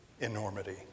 enormity